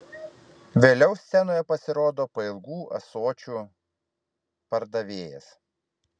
vėliau scenoje pasirodo pailgų ąsočių pardavėjas